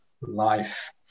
life